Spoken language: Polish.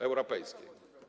Europejskiej.